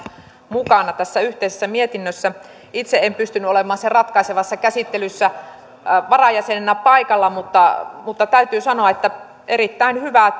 mukana tässä yhteisessä mietinnössä itse en pystynyt olemaan sen ratkaisevassa käsittelyssä varajäsenenä paikalla mutta mutta täytyy sanoa että erittäin hyvää